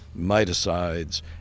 miticides